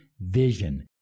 vision